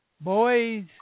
Boys